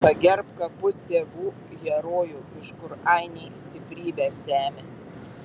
pagerbk kapus tėvų herojų iš kur ainiai stiprybę semia